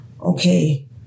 okay